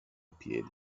piedi